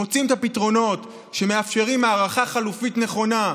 מוצאים את הפתרונות שמאפשרים הערכה חלופית נכונה,